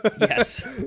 Yes